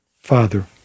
Father